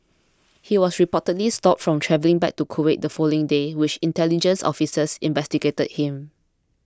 he was reportedly stopped from travelling back to Kuwait the following day while intelligence officers investigated him